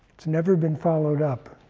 it's never been followed up.